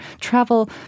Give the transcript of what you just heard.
travel